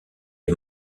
est